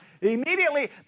Immediately